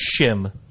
Shim